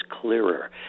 clearer